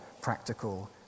practical